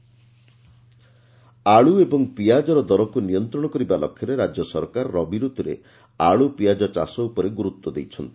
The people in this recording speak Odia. ଆଳ ଓ ପିଆଜ ଆଳୁ ଏବଂ ପିଆଜର ଦରକୁ ନିୟନ୍ତଣ କରିବା ଲକ୍ଷ୍ୟରେ ରାଜ୍ୟସରକାର ରବି ଋତୁରେ ଆଳୁ ପିଆଜ ଚାଷ ଉପରେ ଗୁରୁତ୍ୱ ଦେଇଛନ୍ତି